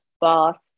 boss